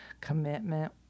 commitment